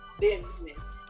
business